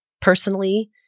personally